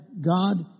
God